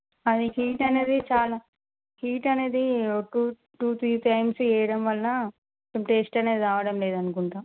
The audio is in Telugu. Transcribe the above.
అది హీటనేది చాల హీటనేది ఓ టూ టూ త్రీ టైమ్సు వేయడం వలన కొంచం టెస్ట్ అనేది రావడం లేదనుకుంటా